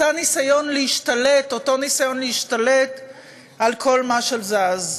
אותו ניסיון להשתלט על כל מה שזז.